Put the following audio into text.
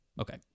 Okay